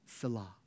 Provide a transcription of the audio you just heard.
salah